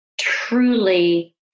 Truly